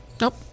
Nope